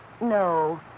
No